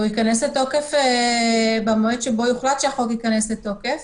והוא ייכנס לתוקף במועד שבו יוחלט שהחוק ייכנס לתוקף.